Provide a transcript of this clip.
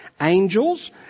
angels